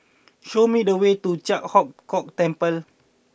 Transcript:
show me the way to Ji Huang Kok Temple